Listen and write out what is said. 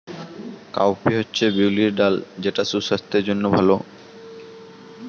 cowpea হচ্ছে বিউলির ডাল যেটা সুস্বাস্থ্যের জন্য ভালো